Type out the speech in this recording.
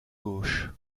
gauche